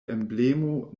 emblemo